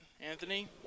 Anthony